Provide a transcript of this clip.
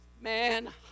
Man